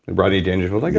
and rodney dangerfield. like